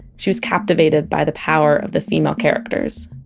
she was captivated by the power of the female characters